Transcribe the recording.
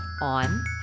on